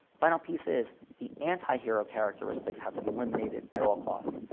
final piece is the anti-hero characteristics has to be eliminated at all costs.